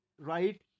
right